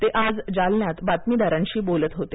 ते आज जालन्यात बातमीदारांशी बोलत होते